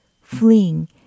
fling